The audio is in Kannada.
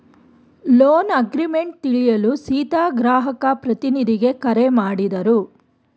ಲೋನ್ ಅಗ್ರೀಮೆಂಟ್ ತಿಳಿಯಲು ಸೀತಾ ಗ್ರಾಹಕ ಪ್ರತಿನಿಧಿಗೆ ಕರೆ ಮಾಡಿದರು